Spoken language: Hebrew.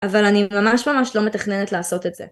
אבל אני ממש ממש לא מתכננת לעשות את זה.